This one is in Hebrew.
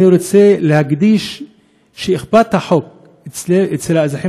אני רוצה להדגיש שאכיפת החוק אצל האזרחים